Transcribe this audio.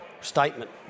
statement